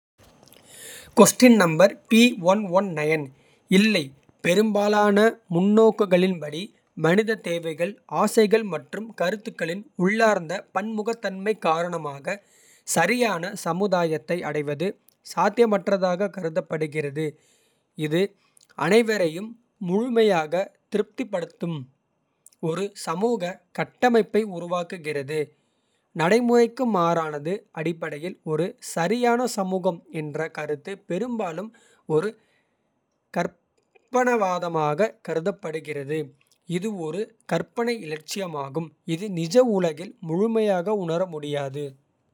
இல்லை பெரும்பாலான முன்னோக்குகளின்படி. மனித தேவைகள் ஆசைகள் மற்றும் கருத்துகளின் உள்ளார்ந்த. பன்முகத்தன்மை காரணமாக சரியான சமுதாயத்தை. அடைவது சாத்தியமற்றதாகக் கருதப்படுகிறது. இது அனைவரையும் முழுமையாக திருப்திப்படுத்தும். ஒரு சமூக கட்டமைப்பை உருவாக்குவது நடைமுறைக்கு. மாறானது அடிப்படையில் ஒரு சரியான சமூகம். என்ற கருத்து பெரும்பாலும் ஒரு கற்பனாவாதமாகக். கருதப்படுகிறது இது ஒரு கற்பனை இலட்சியமாகும். இது நிஜ உலகில் முழுமையாக உணர முடியாது.